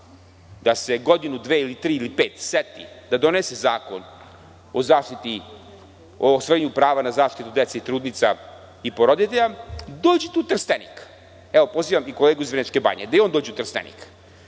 da se godinu, dve, tri ili pet seti da donese zakon o ostvarenju prava na zaštitu dece i trudnica i porodilja, dođite u Trstenik. Evo, pozivam i kolegu iz Vrnjačke Banje da i on dođe u Trstenik.